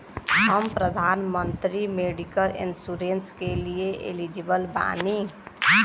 हम प्रधानमंत्री medical insurance के लिए एलिजिबल बानी?